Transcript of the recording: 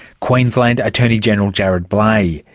queensland attorney-general jarrod bleije.